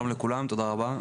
שלום לכולם, תודה רבה.